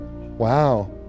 wow